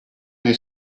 nei